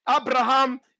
Abraham